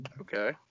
Okay